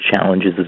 challenges